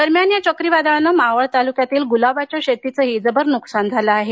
दरम्यान या चक्रीवादळानं मावळ तालुक्यातील गुलाबाच्या शेतीचं जबर नुकसान झालं आहे